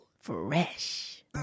Fresh